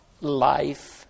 life